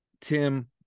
Tim